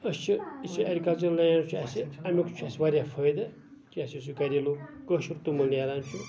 أسۍ چھِ یہِ چھُ ایٚگرِکَلچَر لینڈ چھُ اَسہِ امکۍ چھُ اَسہِ واریاہ فٲیدٕ کہِ اَسہِ یُس یہِ گَریلوٗ کٲشُر توٚمُل نیران چھُ